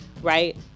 right